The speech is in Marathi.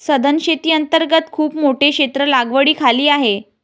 सधन शेती अंतर्गत खूप मोठे क्षेत्र लागवडीखाली आहे